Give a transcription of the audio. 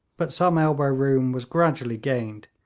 but some elbow room was gradually gained,